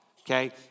Okay